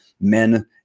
men